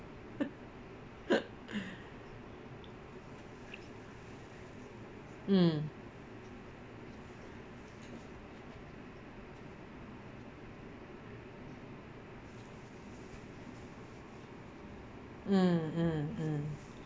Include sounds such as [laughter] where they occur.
[laughs] mm mm mm mm